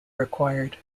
required